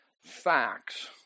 facts